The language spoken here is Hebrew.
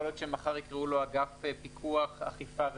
יכול להיות שמחר יקראו לו אגף פיקוח אכיפה ובטיחות.